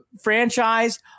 franchise